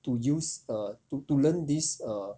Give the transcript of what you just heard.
to use err to to learn this err